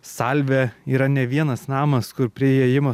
salve yra ne vienas namas kur prie įėjimo